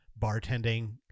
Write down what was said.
bartending